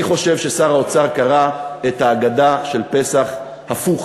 אני חושב ששר האוצר קרא את ההגדה של פסח הפוך.